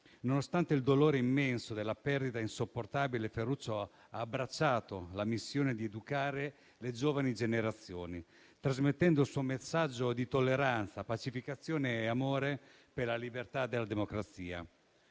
Nonostante il dolore immenso della perdita insopportabile, Ferruccio ha abbracciato la missione di educare le giovani generazioni, trasmettendo il suo messaggio di tolleranza, pacificazione e amore per la libertà e la democrazia.